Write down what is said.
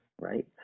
Right